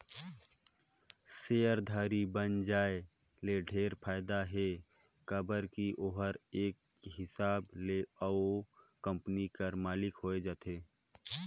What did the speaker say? सेयरधारी बइन जाये ले ढेरे फायदा हे काबर की ओहर एक हिसाब ले ओ कंपनी कर मालिक होए जाथे